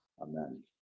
Amen